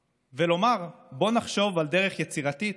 ולומר: בוא נחשוב על דרך יצירתית